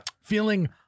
Feeling